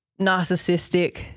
narcissistic